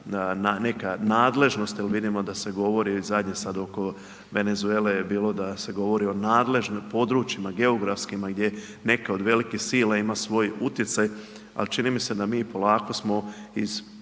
ruska nadležnost, jer vidimo da se govori zadnje sada oko Venezuele, je bilo da se govori o nadležnim područjima, geografskima, gdje neke od velikih sila ima svoj utjecaj, a čini mi se da mi polako smo iz